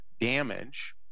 damage